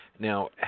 Now